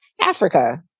Africa